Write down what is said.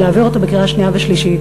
ולהעביר אותו בקריאה שנייה ושלישית.